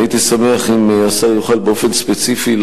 הייתי שמח אם השר יוכל באופן ספציפי,